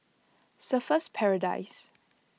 Surfer's Paradise